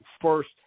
first